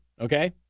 okay